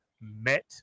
Met